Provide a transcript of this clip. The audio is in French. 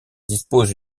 dispose